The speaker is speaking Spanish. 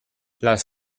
las